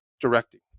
directing